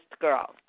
girl